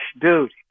dude